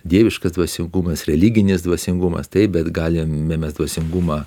dieviškas dvasingumas religinis dvasingumas taip bet galim mes dvasingumą